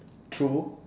true